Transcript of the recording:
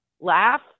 laugh